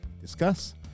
discuss